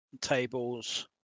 tables